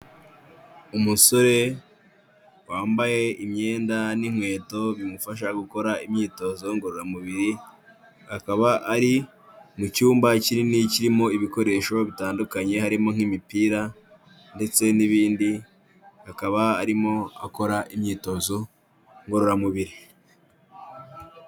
Umusore wambaye imyenda n'inkweto bimufasha gukora imyitozo ngororamubiri, akaba ari mu cyumba kinini kirimo ibikoresho bitandukanye harimo nk'imipira ndetse n'ibindi. Akaba arimo akora imyitozo ngororamubiri.